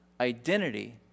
identity